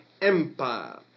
Empire